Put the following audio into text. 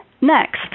Next